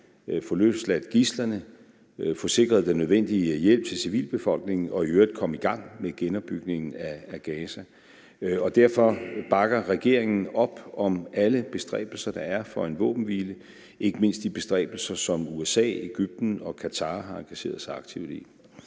få løsladt gidslerne, få sikret den nødvendige hjælp til civilbefolkningen og i øvrigt komme i gang med genopbygningen af Gaza. Derfor bakker regeringen op om alle bestræbelser, der er for en våbenhvile, ikke mindst de bestræbelser, som USA, Egypten og Qatar har engageret sig aktivt i.